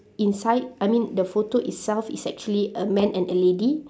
inside I mean the photo itself is actually a man and a lady